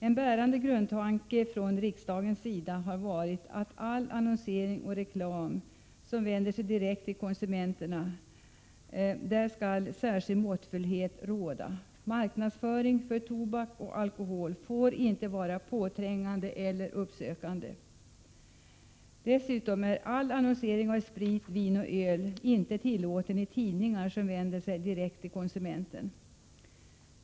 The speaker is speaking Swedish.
En bärande grundtanke från riksdagens sida har varit att i all annonsering och reklam som vänder sig direkt till konsumenten skall särskild måttfullhet råda. Marknadsföringen av alkohol och tobak får inte vara påträngande eller uppsökande. Annonsering av sprit, vin och öl är inte heller tillåten i tidningar som vänder sig direkt till konsumenten.